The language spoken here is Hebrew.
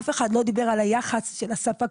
אף אחד לא דיבר על היחס של הספקים,